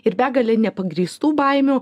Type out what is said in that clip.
ir begale nepagrįstų baimių